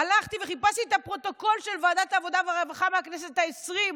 הלכתי וחיפשתי את הפרוטוקול של ועדת העבודה והרווחה מהכנסת העשרים,